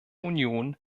union